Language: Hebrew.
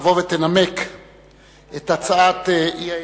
תבוא ותנמק את הצעת האי-אמון.